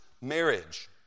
marriage